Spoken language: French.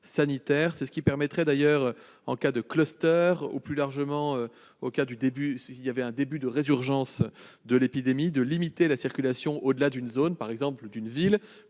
C'est ce qui permettrait d'ailleurs, en cas de cluster ou, plus largement, en cas de résurgence de l'épidémie, de limiter la circulation au-delà d'une zone, par exemple une ville,